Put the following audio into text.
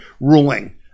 ruling